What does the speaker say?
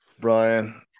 Brian